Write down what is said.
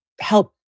help